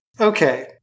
Okay